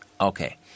Okay